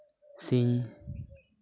ᱥᱮᱧ